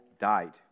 died